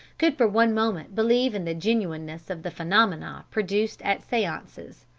could for one moment believe in the genuineness of the phenomena produced at seances.